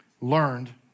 learned